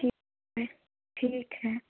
ठीक है ठीक है